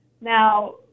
Now